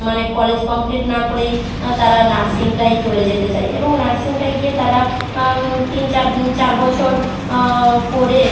মানে college complete না করেই তারা নার্সিংটায় চলে যেতে চায় এবং নার্সিংটায় গিয়ে তারা তিন চার চার বছর পড়ে